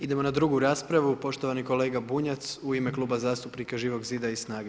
Idemo na drugu raspravu, poštovani kolega Bunjac u ime Kluba zastupnika Živog zida i Snage.